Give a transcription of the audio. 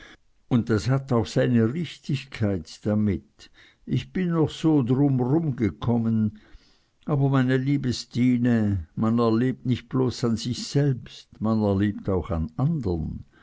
un das hat auch seine richtigkeit damit ich bin noch so drum rumgekommen aber meine liebe stine man erlebt nich bloß an sich selbst man erlebt auch an andern